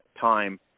time